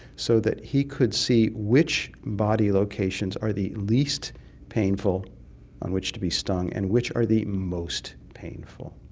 so that he could see which body locations are the least painful on which to be stung and which are the most painful.